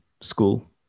school